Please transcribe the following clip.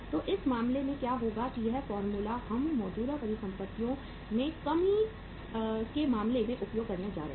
तो इस मामले में क्या होगा कि यह फॉर्मूला हम मौजूदा परिसंपत्तियों में कमी के मामले में उपयोग करने जा रहे हैं